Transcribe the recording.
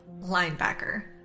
linebacker